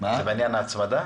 זה בעניין ההצמדה?